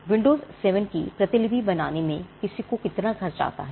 Windows 7 की प्रतिलिपि बनाने में किसी को कितना खर्च आता है